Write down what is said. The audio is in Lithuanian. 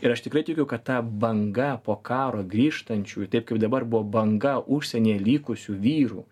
ir aš tikrai tikiu kad ta banga po karo grįžtančiųjų taip kaip dabar buvo banga užsienyje likusių vyrų